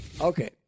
Okay